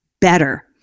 better